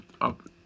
up